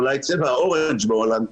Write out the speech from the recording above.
אולי צבע כתום בהולנד,